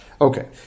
Okay